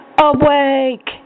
awake